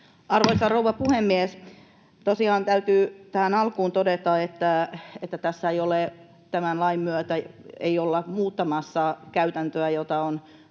Arvoisa rouva puhemies! Tosiaan täytyy tähän alkuun todeta, että tässä ei tämän lain myötä ole muuttumassa potilaiden